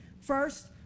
First